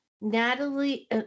Natalie